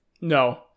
No